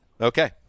Okay